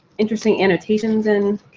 interesting annotations in